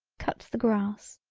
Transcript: cut the grass,